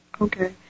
okay